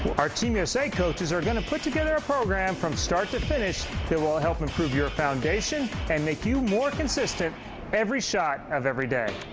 our team usa coaches are going to put together a program from start to finish that will help improve your foundation and make you more consistent every shot of every day.